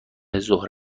ظهر